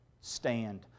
Stand